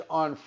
on